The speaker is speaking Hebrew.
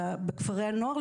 בכפרי הנוער,